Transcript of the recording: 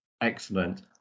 Excellent